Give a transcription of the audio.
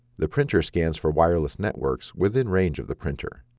the printer scans for wireless networks within range of the printer.